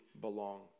belong